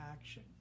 action